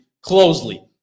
closely